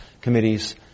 committees